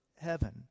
heaven